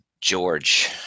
George